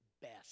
best